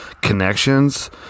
connections